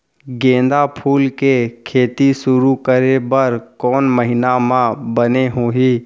गेंदा फूल के खेती शुरू करे बर कौन महीना मा बने होही?